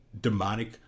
demonic